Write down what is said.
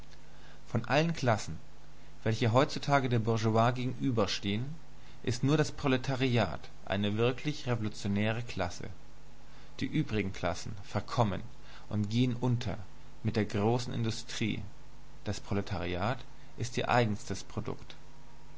von allen klassen welche heutzutage der bourgeoisie gegenüberstehen ist nur das proletariat eine wirklich revolutionäre klasse die übrigen klassen verkommen und gehen unter mit der großen industrie das proletariat ist ihr eigenstes produkt